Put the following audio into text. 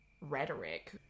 rhetoric